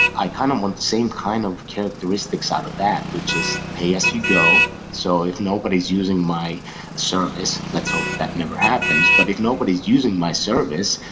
i kind of want the same kind of characteristics out of that, which is pay as you go. so if nobody is using my service, let's how that never happens. but if nobody is using my service,